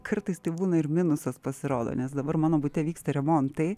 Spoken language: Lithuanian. kartais tai būna ir minusas pasirodo nes dabar mano bute vyksta remontai